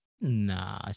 Nah